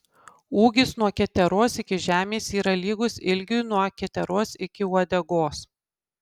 ūgis nuo keteros iki žemės yra lygus ilgiui nuo keteros iki uodegos